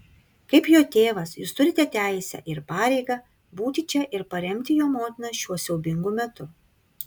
kaip jo tėvas jūs turite teisę ir pareigą būti čia ir paremti jo motiną šiuo siaubingu metu